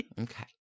Okay